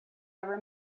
ever